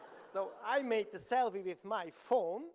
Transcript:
so i made the selfie with my phone